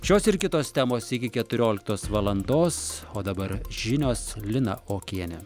šios ir kitos temos iki keturioliktos valandos o dabar žinios lina okienė